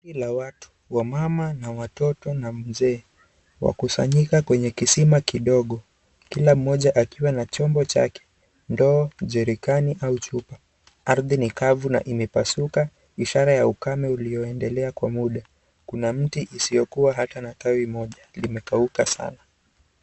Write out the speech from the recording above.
Kundi la watu, mama na watoto na mzee wakusanyika kwenye kisima kidogo kila mmoja akiwa na chombo chake, ndoo, jerikeni au chupa. Ardhi ni kavu na imepasuka ishara ya ukame ulioendelea kwa muda. Kuna mti isiyokuwa hata na tawi moja. Limekauka sana.